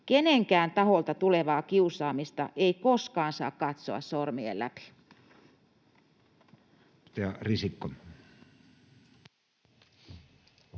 Kenenkään taholta tulevaa kiusaamista ei koskaan saa katsoa sormien läpi.